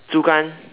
主干